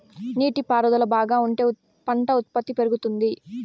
నీటి పారుదల బాగా ఉంటే పంట ఉత్పత్తి పెరుగుతుంది